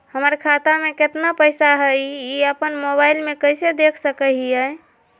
हमर खाता में केतना पैसा हई, ई अपन मोबाईल में कैसे देख सके हियई?